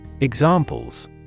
Examples